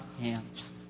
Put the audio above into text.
hands